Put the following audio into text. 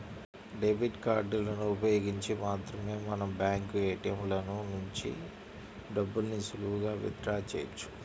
debit కార్డులను ఉపయోగించి మాత్రమే మనం బ్యాంకు ఏ.టీ.యం ల నుంచి డబ్బుల్ని సులువుగా విత్ డ్రా చెయ్యొచ్చు